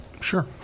Sure